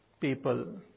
people